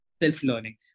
self-learning